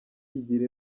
yigira